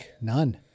None